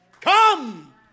Come